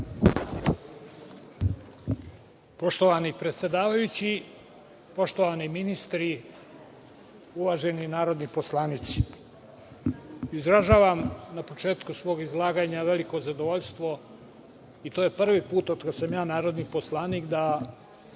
Poštovani predsedavajući, poštovani ministri, uvaženi narodni poslanici, izražavam, na početku svog izlaganja, veliko zadovoljstvo, i to je prvi put od kad sam ja narodni poslanik, da